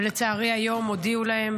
ולצערי היום הודיעו להם,